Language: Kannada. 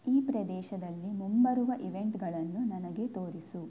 ಈ ಪ್ರದೇಶದಲ್ಲಿ ಮುಂಬರುವ ಈವೆಂಟ್ಗಳನ್ನು ನನಗೆ ತೋರಿಸು